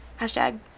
Hashtag